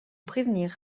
prévenir